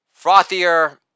frothier